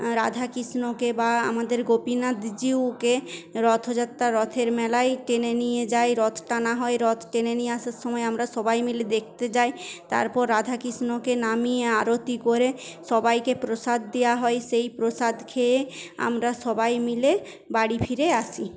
রাধাকৃষ্ণকে বা আমদের গোপিনাথজিউকে রথযাত্রা রথের মেলায় টেনে নিয়ে যায় রথ টানা হয় রথ টেনে নিয়ে আসার সময় আমরা সবাই মিলে দেখতে যাই তারপর রাধাকৃষ্ণকে নামিয়ে আরতি করে সবাইকে প্রসাদ দেওয়া হয় সেই প্রসাদ খেয়ে আমরা সবাই মিলে বাড়ি ফিরে আসি